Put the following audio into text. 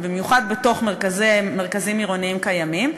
ובמיוחד בתוך מרכזים עירוניים קיימים,